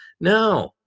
No